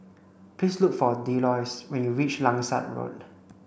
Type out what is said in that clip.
please look for Delois when you reach Langsat Road